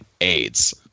AIDS